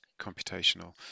computational